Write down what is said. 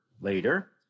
later